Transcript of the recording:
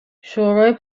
شورای